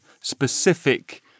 specific